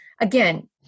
again